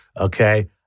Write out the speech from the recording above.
okay